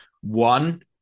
One